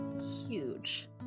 huge